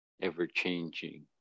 ever-changing